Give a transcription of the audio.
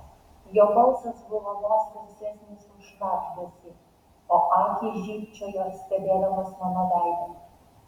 jo balsas buvo vos garsesnis už šnabždesį o akys žybčiojo stebėdamos mano veidą